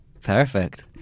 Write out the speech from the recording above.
perfect